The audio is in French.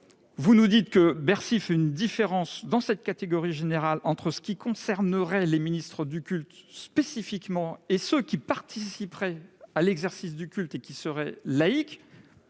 vous nous dites que Bercy fait une différence, dans cette catégorie générale, entre les ministres du culte spécifiquement et ceux qui participeraient à l'exercice du culte et qui seraient laïques.